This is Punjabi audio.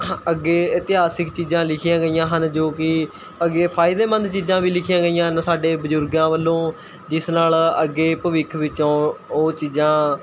ਅੱਗੇ ਇਤਿਹਾਸਿਕ ਚੀਜ਼ਾਂ ਲਿਖੀਆਂ ਗਈਆਂ ਹਨ ਜੋ ਕਿ ਅੱਗੇ ਫਾਇਦੇਮੰਦ ਚੀਜ਼ਾਂ ਵੀ ਲਿਖੀਆਂ ਗਈਆਂ ਹਨ ਸਾਡੇ ਬਜ਼ੁਰਗਾਂ ਵੱਲੋਂ ਜਿਸ ਨਾਲ਼ ਅੱਗੇ ਭਵਿੱਖ ਵਿੱਚ ਉਹ ਉਹ ਚੀਜ਼ਾਂ